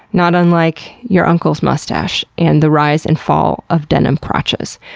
not unlike your uncle's mustache, and the rise and fall of denim crotches.